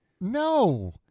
No